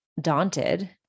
daunted